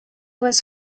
was